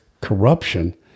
corruption